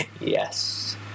Yes